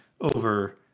over